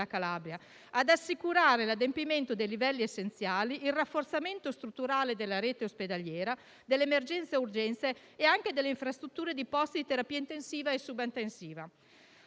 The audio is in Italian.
Calabria, ad assicurare l'adempimento dei livelli essenziali, il rafforzamento strutturale della rete ospedaliera, delle emergenze-urgenze e anche delle infrastrutture di posti di terapia intensiva e subintensiva.